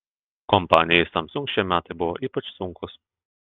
kompanijai samsung šie metai buvo ypač sunkūs